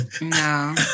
No